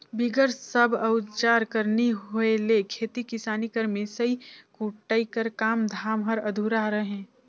बिगर सब अउजार कर नी होए ले खेती किसानी कर मिसई कुटई कर काम धाम हर अधुरा रहें